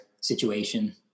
situation